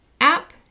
app